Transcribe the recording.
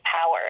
power